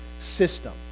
system